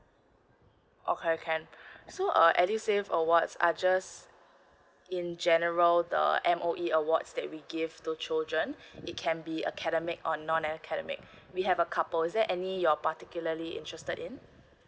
okay can so uh edusave awards are just in general the M_O_E awards that we give to children it can be academic or non academic we have a couple is there any you're particularly interested in